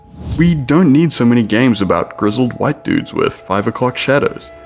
we don't need so many games about grizzled white dudes with five o'clock shadows,